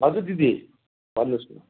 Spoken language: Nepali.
हजुर दिदी भन्नुहोस् न